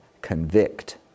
convict